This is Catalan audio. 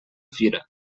fira